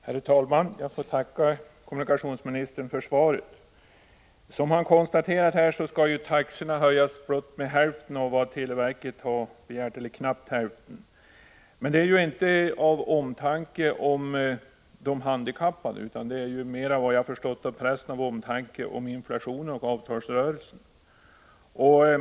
Herr talman! Jag får tacka kommunikationsministern för svaret. Som han konstaterat skall taxorna höjas med knappt hälften av vad televerket begärt. Men det är ju inte av omtanke om de handikappade, utan mera — vad jag förstått av pressen — av omtanke om inflationen och avtalsrörelsen.